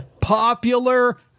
popular